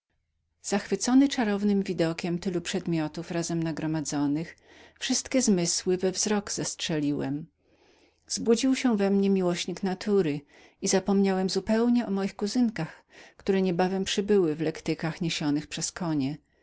zachwycony czarownym widokiem tylu przedmiotów razem nagromadzonych wszystkie zmysły w wzrok zestrzeliłem i zapomniałem zupełnie o moich kuzynkach które niebawem przybyły w lektykach niesionych przez konie